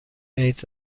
ایدز